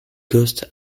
ghost